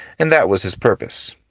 and that was his purpose.